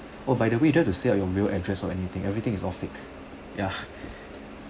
oh by the way don't have to say out your real address or anything else everything is all fake ya